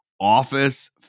office